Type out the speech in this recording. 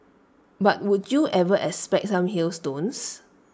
but would you ever expect some hailstones